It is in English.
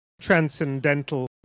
transcendental